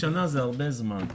חצי שנה זה הרבה זמן.